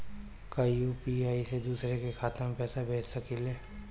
का यू.पी.आई से दूसरे के खाते में पैसा भेज सकी ले?